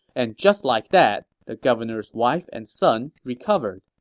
and just like that, the governor's wife and son recovered.